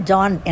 John